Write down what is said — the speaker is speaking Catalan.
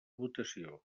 votació